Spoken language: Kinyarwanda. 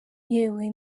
yewe